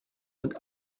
und